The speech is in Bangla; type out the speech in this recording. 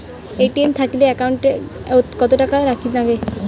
এ.টি.এম থাকিলে একাউন্ট ওত কত টাকা রাখীর নাগে?